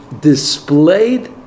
displayed